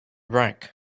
rack